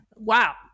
Wow